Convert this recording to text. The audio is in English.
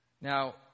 Now